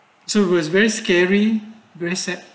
so we is very scary very sad